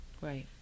Right